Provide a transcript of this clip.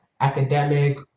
academic